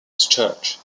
church